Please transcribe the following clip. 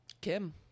Kim